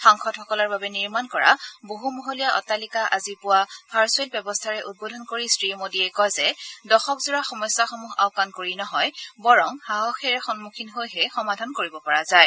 সাংসদসকলৰ বাবে নিৰ্মাণ কৰা বহুমহলীয়া অট্টালিকা আজি পুৱা ভাৰ্ছুৱেল ব্যৱস্থাৰে উদ্বোধন কৰি শ্ৰীমোদীয় কয় যে দশকজোৰা সমস্যাসমূহ আওকান কৰি নহয় বৰং সাহসেৰে সন্মুখীন হৈহে সমাধান কৰিব পৰা যায়